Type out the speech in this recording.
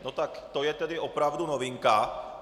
No tak to je tedy opravdu novinka!